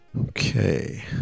Okay